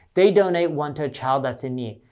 they donate one to a child that's in need.